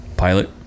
Pilot